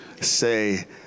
say